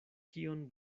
kion